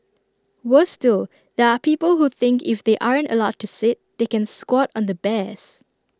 worse still there are people who think if they aren't allowed to sit they can squat on the bears